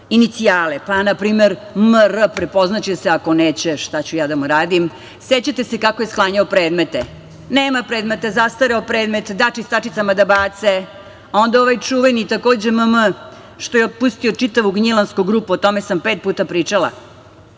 inicijale. Na primer, M.R. prepoznaće se, ako neće šta ću ja da mu radim. Sećate se kako je sklanjao predmete. Nema predmeta, zastareo predmet, da čistačicama da bace. Onda ovaj čuveni M.M. što je otpustio čitavu Gnjilansku grupu, o tome sam pet puta pričala.